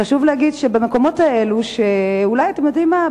חשוב להגיד שהמקומות האלה אולי, אתם יודעים מה?